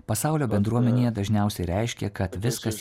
pasaulio bendruomenėje dažniausiai reiškia kad viskas